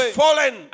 fallen